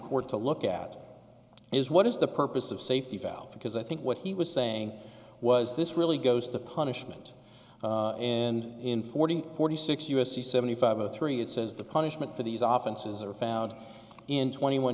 court to look at is what is the purpose of safety valve because i think what he was saying was this really goes to punishment and in forty forty six u s c seventy five of three it says the punishment for these offices are found in twenty one